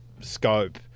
scope